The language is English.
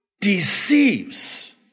deceives